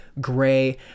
gray